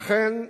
אכן,